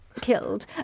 killed